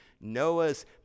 noah's